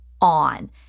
on